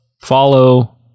follow